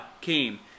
came